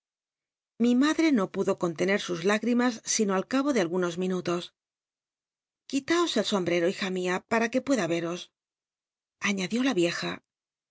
i madre no pudo contener sus lágrimas sino al cabo de algunos minutos qtlitaos el sombre o hija mía para jue pueda veros aíiadió la vieja